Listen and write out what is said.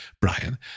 Brian